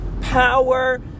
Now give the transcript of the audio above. power